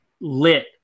lit